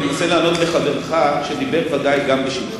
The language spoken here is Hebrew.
אני מנסה לענות לחברך שדיבר ודאי גם בשמך.